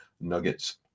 Nuggets